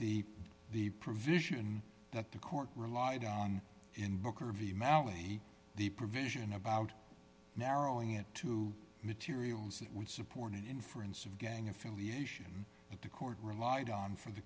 the the provision that the court relied on in booker v mally the provision about narrowing it to materials that would support an inference of gang affiliation into court relied on for the